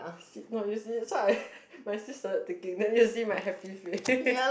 no you see so I my sis started taking then you will see my happy face